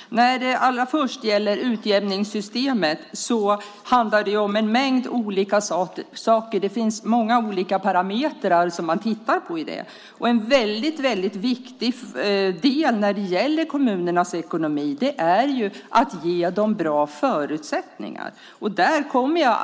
Herr talman! När det allra först gäller utjämningssystemet handlar det om en mängd olika saker. Det finns många olika parametrar som man tittar på. En väldigt viktig del när det gäller kommunernas ekonomi är ju att ge dem bra förutsättningar, och där kommer jag